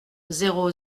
zéro